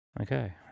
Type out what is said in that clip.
Okay